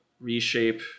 reshape